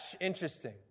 Interesting